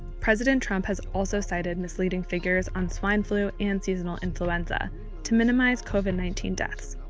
president trump has also cited misleading figures on swine flu and seasonal influenza to minimize covid nineteen deaths.